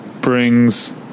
brings